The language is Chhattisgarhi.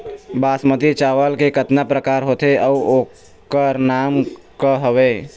बासमती चावल के कतना प्रकार होथे अउ ओकर नाम क हवे?